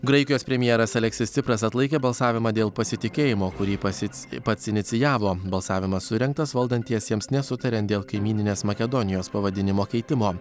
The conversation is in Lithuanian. graikijos premjeras aleksis cipras atlaikė balsavimą dėl pasitikėjimo kurį pasic pats inicijavo balsavimas surengtas valdantiesiems nesutariant dėl kaimyninės makedonijos pavadinimo keitimo